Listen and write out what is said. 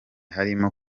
harimo